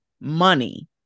money